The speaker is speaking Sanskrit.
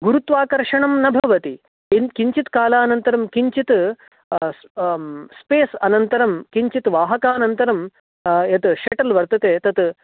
गुरुत्वाकर्षणं न भवति किञ् किञ्चित्कालानन्तरं किञ्चित् स्पेस् अनन्तरं किञ्चित् वाहकानन्तरं यत् शटल् वर्तते तत्